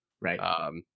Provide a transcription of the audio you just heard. Right